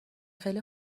خیلی